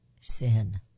Sin